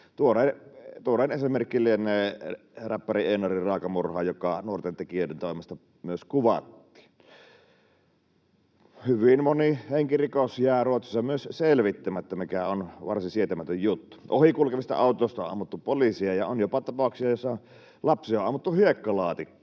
Tuorein esimerkki lienee räppäri Einárin raaka murha, joka nuorten tekijöiden toimesta myös kuvattiin. Hyvin moni henkirikos jää Ruotsissa myös selvittämättä, mikä on varsin sietämätön juttu. Ohi kulkevista autoista on ammuttu poliisia, ja on jopa tapauksia, joissa lapsia on ammuttu hiekkalaatikkoonkin.